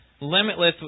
limitless